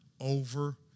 over